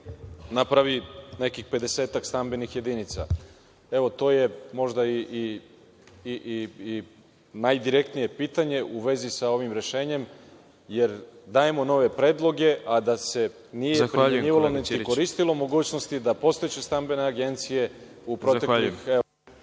napravi nekih 50-ak stambenih jedinica? To je možda i najdirektnije pitanje u vezi sa ovim rešenjem, jer dajemo nove predloge, a da se nije primenjivala, niti se koristila mogućnosti da postojeće stambene agencije u proteklih…